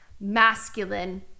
masculine